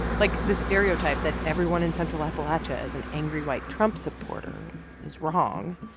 like, the stereotype that everyone in central appalachia is an angry white trump supporter is wrong